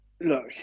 look